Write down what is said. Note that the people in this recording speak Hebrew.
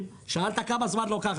שאלת כמה זמן זה לוקח.